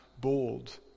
bold